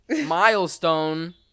milestone